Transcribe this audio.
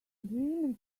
agreement